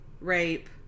rape